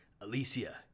Alicia